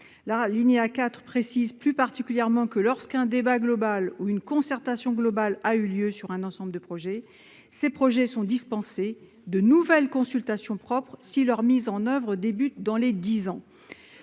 Il est précisé, à l'alinéa 4, que, lorsqu'un débat global ou une concertation globale a eu lieu sur un ensemble de projets, ces projets sont dispensés d'une nouvelle consultation propre, si leur mise en oeuvre démarre dans les dix ans.